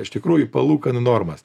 iš tikrųjų palūkanų normas